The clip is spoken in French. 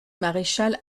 maréchal